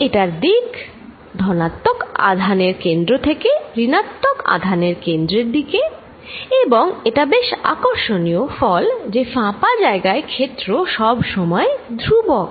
এটার দিক ধনাত্মক আধানের কেন্দ্র থেকে ঋণাত্মক আধানের কেন্দ্রের দিকে এবং এটা বেশ আকর্ষণীয় ফল যে ফাঁপা জায়গায় ক্ষেত্র সব সময় ধ্রুবক